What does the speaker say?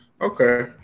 Okay